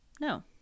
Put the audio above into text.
no